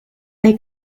they